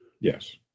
Yes